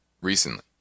recently